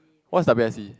what's W_S_C